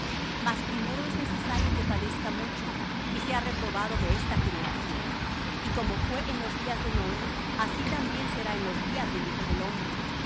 mas primero es necesario que padezca mucho y sea reprobado de esta generación y como fué en los días de noé así también será en los días del hijo del hombre